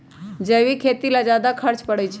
जैविक खेती ला ज्यादा खर्च पड़छई?